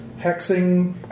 Hexing